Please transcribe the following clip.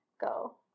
go